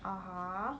(uh huh)